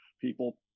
people